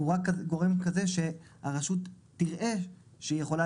הוא רק גורם כזה שהרשות תראה שהיא יכולה